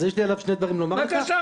אז יש לי שני דברים לומר לך,